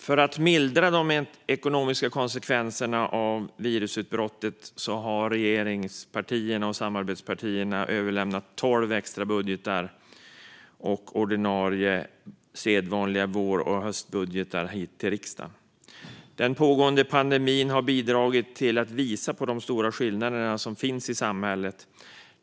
För att mildra de ekonomiska konsekvenserna av virusutbrottet har regeringspartierna och samarbetspartierna överlämnat tolv extrabudgetar och ordinarie sedvanliga vår och höstbudgetar till riksdagen. Den pågående pandemin har bidragit till att visa på de stora skillnader som finns i samhället.